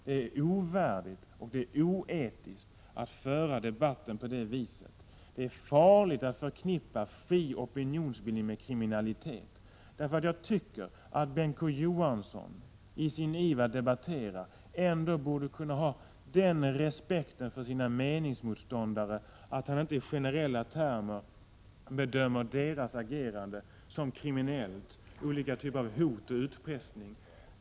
Det är ovärdigt och det är oetiskt att föra debatten på det viset. Det är farligt att förknippa fri opinionsbildning med kriminalitet. Jag tycker att Bengt K. Å. Johanssonii sin iver att debattera ändå borde kunna ha den respekten för sina meningsmotståndare att han inte i generella termer bedömer deras agerande som kriminellt eller som olika typer av hot och utpressning.